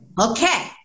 okay